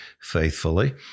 faithfully